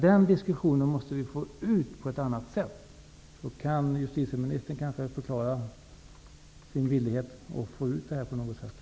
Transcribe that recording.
Diskussionen om detta måste vi få ut på ett bättre sätt. Kan justitieministern förklara sig villig att på något sätt medverka till detta?